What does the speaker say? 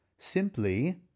Simply